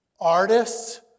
artists